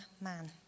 man